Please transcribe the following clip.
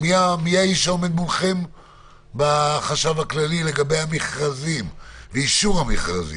מי עומד מולכם בחשב הכללי לגבי המכרזים ואישור המכרזים?